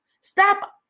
Stop